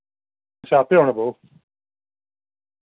अच्छा आपूं औना पौग